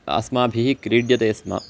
अस्माभिः क्रीड्यते स्म